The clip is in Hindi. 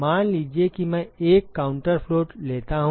मान लीजिए कि मैं एक काउंटर फ्लो ठीक लेता हूं